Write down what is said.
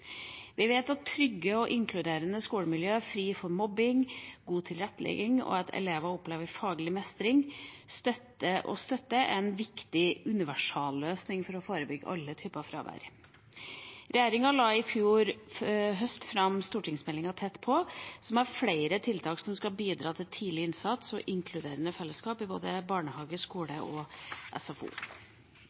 Vi vet at trygge og inkluderende skolemiljøer fri for mobbing, god tilrettelegging og at elevene opplever faglig mestring og støtte, er en viktig universalløsning for å forebygge alle typer fravær. Regjeringa la i fjor høst fram stortingsmeldinga Tett på, som har flere tiltak som skal bidra til tidlig innsats og inkluderende fellesskap både i barnehage, skole og SFO.